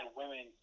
women